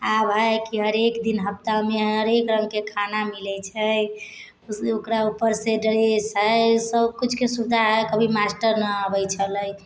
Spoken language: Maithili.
आब हइ कि हरेक दिन हप्ताहमे हरेक रङ्गके खाना मिलै छै ओकरा उपरसँ ड्रेस हइ सबकिछुके सुविधा हइ कभी मास्टर नहि आबै छलै